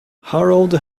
harald